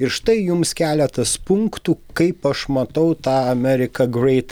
ir štai jums keletas punktų kaip aš matau tą ameriką greit